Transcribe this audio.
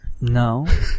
no